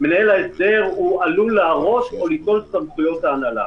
רציתי להעיר הערה קצרה.